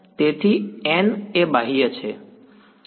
તેથી બાહ્ય છે